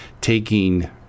taking